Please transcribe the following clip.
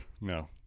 No